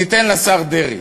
ניתן לשר דרעי.